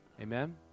Amen